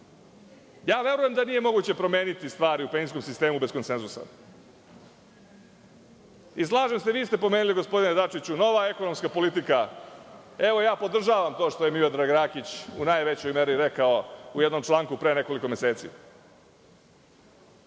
Verujem da nije moguće promeniti stvari u penzijskom sistemu bez konsenzusa. Gospodine Dačiću, vi ste spomenuli – nova ekonomska politika. Evo, ja podržavam to što je Miodrag Rakić u najvećoj meri rekao u jednom članku pre nekoliko meseci.